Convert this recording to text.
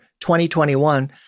2021